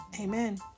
Amen